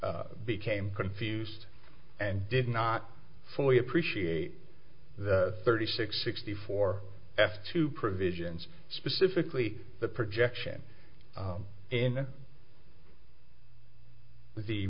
became confused and did not fully appreciate the thirty six sixty four s two provisions specifically the projection in the